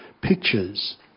pictures